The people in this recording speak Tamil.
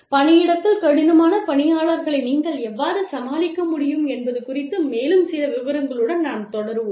பணியிடத்தில் கடினமான பணியாளர்களை நீங்கள் எவ்வாறு சமாளிக்க முடியும் என்பது குறித்து மேலும் சில விவரங்களுடன் நாம் தொடருவோம்